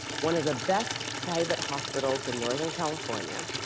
one of the best private hospitals in northern california,